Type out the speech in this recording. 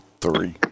three